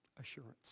Assurance